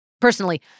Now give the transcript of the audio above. Personally